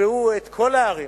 יקבעו את כל הערים